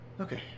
Okay